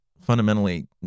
fundamentally